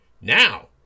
Now